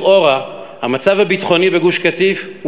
הרי לכאורה המצב הביטחוני בגוש-קטיף הוא